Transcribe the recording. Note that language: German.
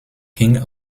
ging